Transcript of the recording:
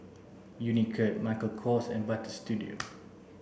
Unicurd Michael Kors and Butter Studio